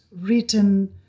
written